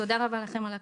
תודה רבה לכם על ההקשבה.